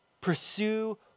pursue